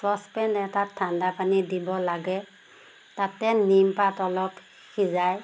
saucepan এটাত ঠাণ্ডা পানী দিব লাগে তাতে নিমপাত অলপ সিজাই